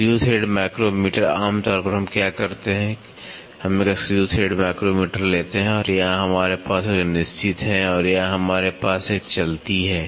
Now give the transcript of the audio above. screw thread micrometer आम तौर पर हम क्या करते हैं हम एक स्क्रू थ्रेड माइक्रोमीटर लेते हैं और यहां हमारे पास एक निश्चित है और यहां हमारे पास एक चलती है